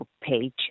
page